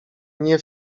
nie